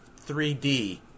3D